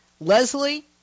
Leslie